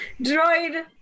Droid